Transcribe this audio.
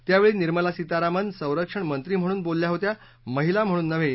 त्यावेळी निर्मला सीतारामन संरक्षण मंत्री म्हणून बोलल्या होत्या महिला म्हणून नव्हे